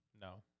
No